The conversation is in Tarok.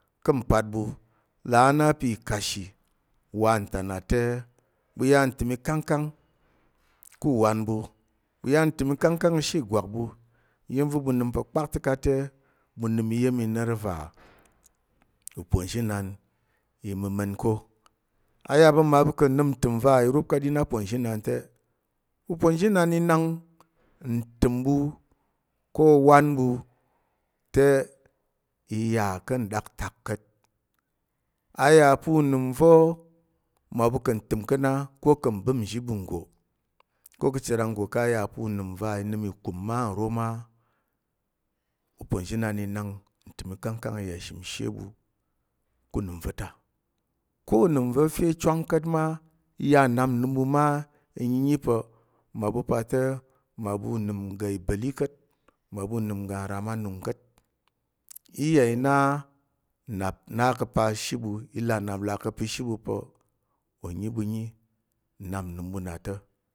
Ka̱ mpat ɓu là a na pa̱ ikashi wanta na te ɓu ya ntəm ikangkang ku wan ɓu, ɓu ya ntəm ikangkang ka̱shi ìgwak ɓu. Iya̱m va̱ ɓu nəm pa̱ kpakta̱kat te, ɓu nəm iya̱m noro va uponzhinan i məma̱n ko. A yà pa̱ mmaɓu ka̱ nnəm ntəm va i rup ka aɗin aponzhinan te uponzhinan i nak ntəm ɓu ko owan ɓu te i yà ka̱ nɗaktak ka̱t. A yà pa̱ unəm va̱ mmaɓu ka̱ ntəm ka̱ na ko ka̱ mbəp nzhi ɓu nggo ko ka̱ che ranggo ka a ya pa̱ unəm va̱ nəm ikum ma nro ma uponzhinan i nak ntəm ikangkang i yà ki shimshe ɓu ku nəm va̱ ta kul unəm va̱ chwang ka̱t ma i yà nnap nnəm ɓu ma i nyinyi pa̱ mmaɓu pa te mmaɓu unəm ugi ba̱li ka̱t. Mmaɓu unəm uga nram anung ka̱t, i iya i na nnap na ka̱pal ishi ɓu i là nnap nlà ka̱ pi ishi ɓu pa̱ o nyi ɓu nyi nnap nnəm ɓu na ta̱